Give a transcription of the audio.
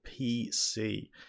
PC